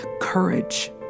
courage